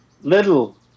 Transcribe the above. Little